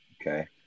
Okay